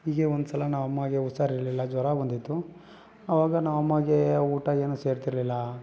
ಹೀಗೆ ಒಂದ್ಸಲ ನಮ್ಮಮ್ಮಗೆ ಹುಷಾರಿರಲಿಲ್ಲ ಜ್ವರ ಬಂದಿತ್ತು ಆವಾಗ ನಮ್ಮಮ್ಮಗೆ ಊಟ ಏನೂ ಸೇರ್ತಿರಲಿಲ್ಲ